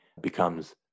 becomes